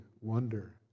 wonder